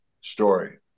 story